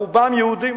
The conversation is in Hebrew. רובם יהודים,